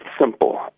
simple